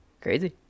crazy